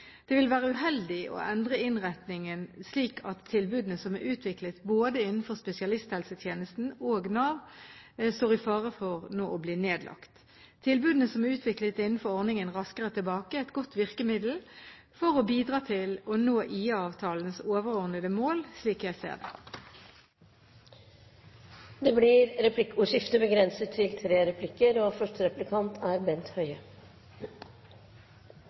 Det vil være uheldig å endre innretningen slik at tilbudene som er utviklet både innenfor spesialisthelsetjenesten og Nav, står i fare for å bli nedlagt. Tilbudene som er utviklet innenfor ordningen Raskere tilbake, er et godt virkemiddel for å bidra til å nå IA-avtalens overordnede mål, slik jeg ser det. Det blir replikkordskifte. Mener statsråden at dagens system der to pasienter som har samme lidelse – begge er